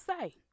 say